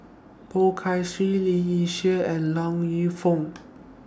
Poh Kay Swee Lee Yi Shyan and Yong Lew Foong